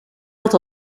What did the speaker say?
had